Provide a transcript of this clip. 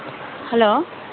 hello